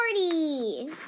party